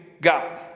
God